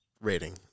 rating